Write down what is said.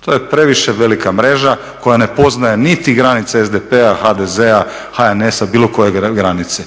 to je previše velika mreža koja ne poznaje niti granice SDP-a, HDZ-a, HNS-a bilo koje granice.